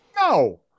No